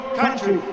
country